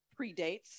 predates